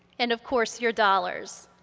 and of course your dollars.